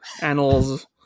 annals